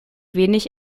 wenig